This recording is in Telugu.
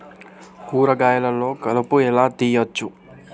కూరగాయలలో కలుపు ఎలా తీయచ్చు?